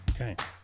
Okay